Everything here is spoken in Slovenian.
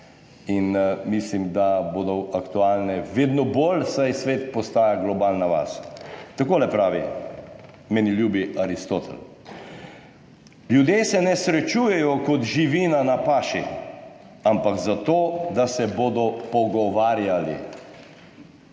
in mislim, da bodo vedno bolj, saj svet postaja globalna vas. Takole pravi meni ljubi Aristotel: »Ljudje se ne srečujejo kot živina na paši, ampak zato, da se bodo pogovarjali.«